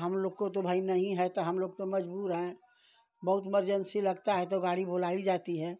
हमलोग को तो भाई नहीं है तो हमलोग तो मज़बूर हैं बहुत इमरजेन्सी लगती है तो गाड़ी बुलाई जाती है